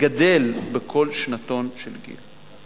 גדל בכל שנתון של גיל.